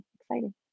Exciting